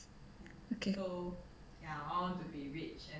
okay